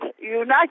United